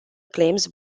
claims